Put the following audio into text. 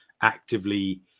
actively